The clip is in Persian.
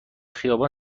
خیابان